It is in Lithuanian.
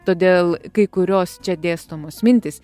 todėl kai kurios čia dėstomos mintys